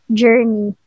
journey